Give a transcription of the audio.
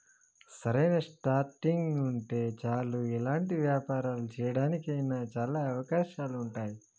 సరైన స్టార్టింగ్ ఉంటే చాలు ఎలాంటి వ్యాపారాలు చేయడానికి అయినా చాలా అవకాశాలు ఉంటాయి